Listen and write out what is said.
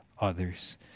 others